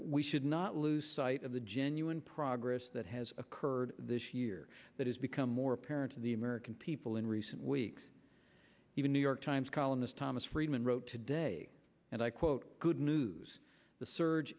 we should not lose sight of the genuine progress that has occurred this year that has become more apparent to the american people in recent weeks even new york times columnist thomas friedman wrote today and i quote good news the surge